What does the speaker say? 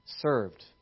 served